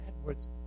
Edwards